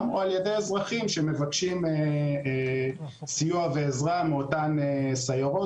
או על ידי אזרחים שמבקשים סיוע ועזרה מאותן סיירות,